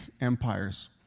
empires